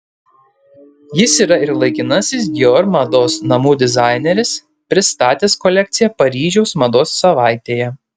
jis yra ir laikinasis dior mados namų dizaineris pristatęs kolekciją paryžiaus mados savaitėje